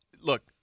Look